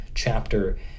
chapter